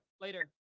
later